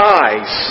eyes